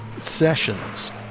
sessions